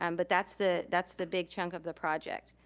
um but that's the that's the big chunk of the project.